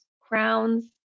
crowns